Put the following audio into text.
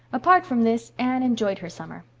apart from this, anne enjoyed her summer.